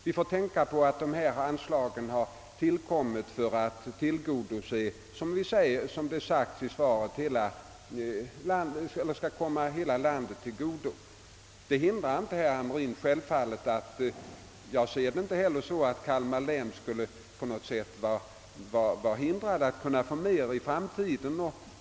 Vi får tänka på att anslagen har tillkommit för att, som det sagts i svaret, komma hela landet till godo. Detta hindrar självfallet inte, herr Hamrin, på något sätt att Kalmar län skulle kunna få mer i framtiden.